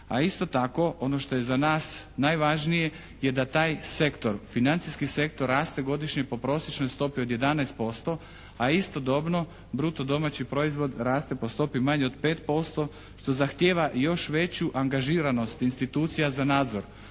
a isto tako ono što je za nas najvažnije je da taj sektor, financijski sektor raste godišnje po prosječnoj stopi od 11%, a istodobno bruto domaći proizvod raste po stopi manje od 5% što zahtjeva još veću angažiranost institucija za nadzor.